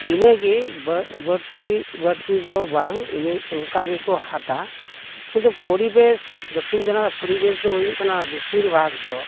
ᱤᱱᱟᱹᱜᱮ ᱵᱟᱹᱲᱛᱤ ᱵᱟᱹᱲᱛᱤ ᱫᱚ ᱵᱟᱝ ᱤᱱᱟᱹ ᱚᱱᱠᱟ ᱜᱮᱠᱚ ᱦᱟᱛᱟᱣᱟ ᱠᱤᱱᱛᱩ ᱯᱚᱨᱤᱵᱮᱥ ᱫᱚᱠᱠᱷᱤᱱ ᱫᱤᱱᱟᱡᱽ ᱯᱚᱨᱤᱵᱮᱥ ᱫᱚ ᱦᱩᱭᱩᱜ ᱠᱟᱱᱟ ᱵᱮᱥᱤᱨ ᱵᱷᱟᱜᱽ ᱫᱚ